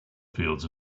fields